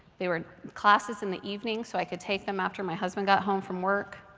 there were classes in the evening, so i could take them after my husband got home from work.